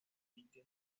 dique